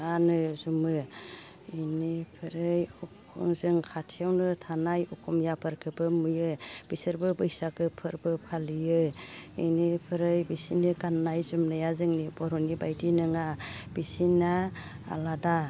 गानो जोमो इनिफ्राइ हजों खाथियावनो थानाय असमियाफोरखोबो नुयो बिसोरबो बैसागो फोरबो फालियो इनिफ्राइ बिसिनि गाननाय जोमनाया जोंनि बर'नि बायदि नङा बिसिना आलादा